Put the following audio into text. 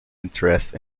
interest